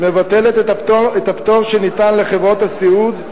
מבטלת את הפטור שניתן לחברות הסיעוד,